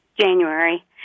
January